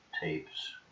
tapes